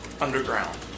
Underground